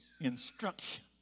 instruction